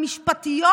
המשפטיות,